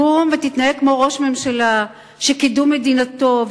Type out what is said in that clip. קום והתנהג כראש ממשלה שקידום מדינתו,